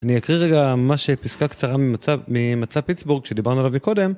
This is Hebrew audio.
אני אקריא רגע ממש שפסקה קצרה ממצע פיצבורג כשדיברנו עליו מקודם